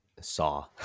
saw